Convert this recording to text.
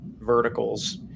verticals